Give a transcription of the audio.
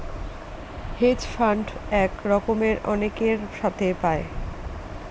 hedge fund এক রকমের অনেকের সাথে পায়